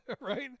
right